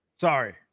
sorry